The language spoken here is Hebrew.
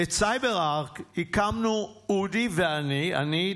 "את סייברארק הקמנו אודי ואני" אני,